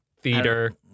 Theater